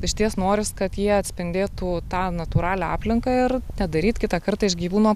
išties noris kad jie atspindėtų tą natūralią aplinką ir nedaryt kitą kartą iš gyvūno